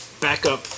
backup